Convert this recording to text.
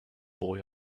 boy